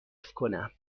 کنم